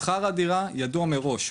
מחיר שכר הדירה ידוע מראש,